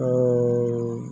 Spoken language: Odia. ତ